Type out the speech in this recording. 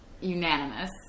unanimous